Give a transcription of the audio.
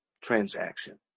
transaction